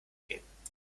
gehen